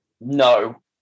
no